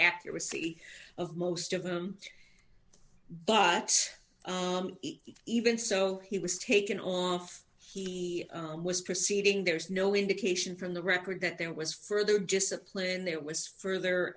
accuracy of most of them but even so he was taken off he was proceeding there's no indication from the record that there was further just a plan there was for ther